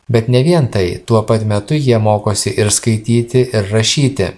bet ne vien tai tuo pat metu jie mokosi ir skaityti ir rašyti